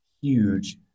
huge